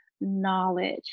knowledge